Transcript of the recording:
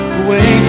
away